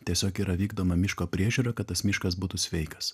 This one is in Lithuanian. tiesiog yra vykdoma miško priežiūra kad tas miškas būtų sveikas